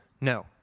No